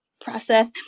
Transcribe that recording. Process